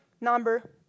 number